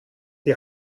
die